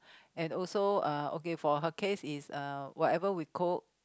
and also uh okay for her case is uh whatever we cook